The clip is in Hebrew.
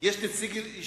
זה יביא לאינטגרציה,